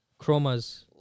Chromas